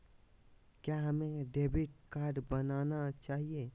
क्या हमें debit card बनाना चाहिए?